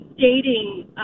dating